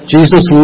Jesus